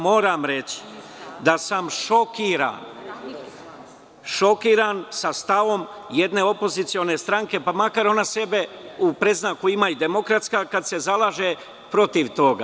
Moram reći da sam šokiran sa stavom jedne opozicione stranke, pa makar ona sebi u predznaku imala – demokratska, kada se zalaže protiv toga.